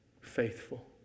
faithful